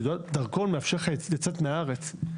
כי דרכון מאפשר לך לצאת מהארץ,